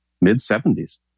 mid-70s